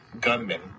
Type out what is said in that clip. gunmen